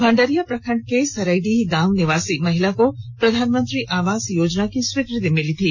भंडरिया प्रखंड के सरईडीह गांव निवासी महिला को प्रधानमंत्री आवास योजना की स्वीकृति मिली थी